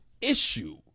issue